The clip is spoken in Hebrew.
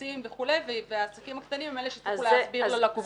כעסים וכולי והעסקים הקטנים הם אלה שיצטרכו להסביר ללקוחות.